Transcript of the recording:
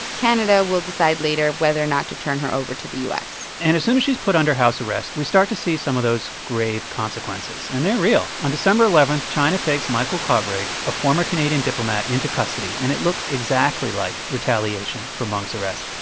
canada will decide later whether or not to turn her over to the u s and as soon as she's put under house arrest, we start to see some of those grave consequences. and they're real. on december eleven, china takes michael kovrig, a former canadian diplomat, into custody. and it looks exactly like retaliation for meng's arrest.